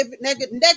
negative